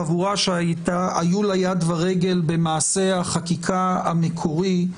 החבורה שהיו לה יד ורגל במעשה החקיקה המקורי,